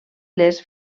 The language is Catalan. les